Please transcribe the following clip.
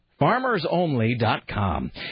Farmersonly.com